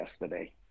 yesterday